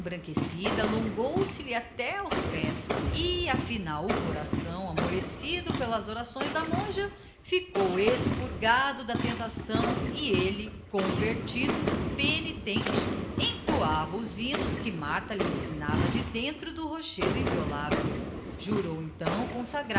embranquecida alongou se lhe até aos pés e afinal o coração amollecido pelas orações da monja ficou espurgado da tentação e elle convertido penitente entoava os hymnos que martha lhe ensinava de dentro do rochedo inviolável jurou então